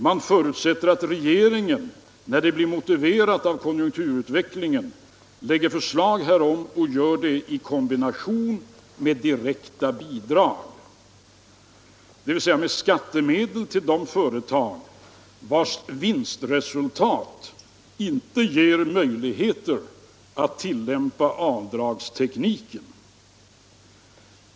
Man förutsätter att regeringen, när det blir motiverat av konjunkturutvecklingen, lägger förslag härom, och gör det i kombination med direkta bidrag — dvs. styr skattemedel till de företag vilkas vinstresultat inte ger möjligheter att tillämpa avdragstekniken.